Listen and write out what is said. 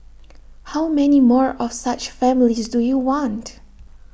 how many more of such families do you want